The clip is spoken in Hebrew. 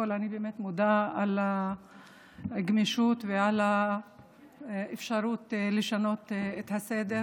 אני באמת מודה על הגמישות ועל האפשרות לשנות את הסדר.